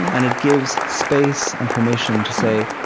and it gives space and permission to say,